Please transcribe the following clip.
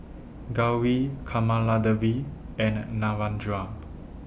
Gauri Kamaladevi and Narendra